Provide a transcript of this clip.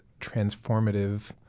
transformative